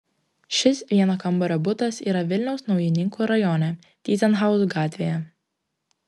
šis vieno kambario butas yra vilniaus naujininkų rajone tyzenhauzų gatvėje